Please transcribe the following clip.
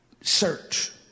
search